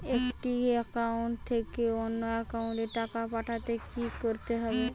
একটি একাউন্ট থেকে অন্য একাউন্টে টাকা পাঠাতে কি করতে হবে?